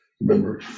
remember